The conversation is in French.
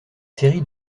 série